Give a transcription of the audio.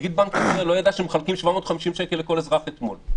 נגיד בנק ישראל לא ידע שמחלקים 750 שקל לכל אזרח אתמול.